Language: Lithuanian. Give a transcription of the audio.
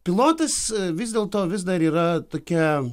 pilotas vis dėlto vis dar yra tokia